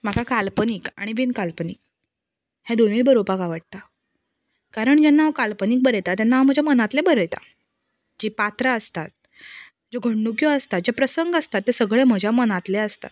म्हाका काल्पनीक आनी बीन काल्पनीक हे दोनूय बरोवपाक आवडटा कारण जेन्ना हांव काल्पनीक बरयतां तेन्ना हांव म्हज्या मनातलें बरयतां जीं पात्रां आसतात ज्यो घडणुक्यो आसतात जे प्रसंग आसतात ते सगळे म्हज्या मनातले आसतात